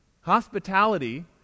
Hospitality